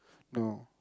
no